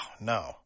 no